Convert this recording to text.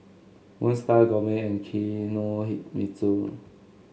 Moon Star Gourmet and Kinohimitsu